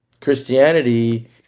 Christianity